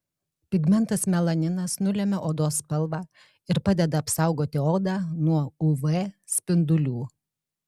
pigmentas melaninas nulemia odos spalvą ir padeda apsaugoti odą nuo uv spindulių